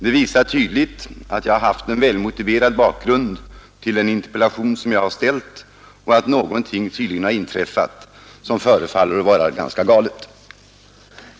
Det visar tydligt att jag haft en välmotiverad bakgrund till den interpellation som jag har framställt och att något tydligen har inträffat som förefaller vara ganska galet.